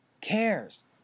cares